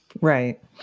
Right